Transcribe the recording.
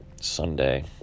Sunday